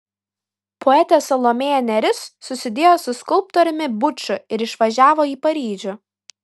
poetė salomėja nėris susidėjo su skulptoriumi buču ir išvažiavo į paryžių